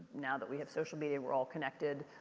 now that we have social media we're all connected.